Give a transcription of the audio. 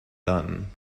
done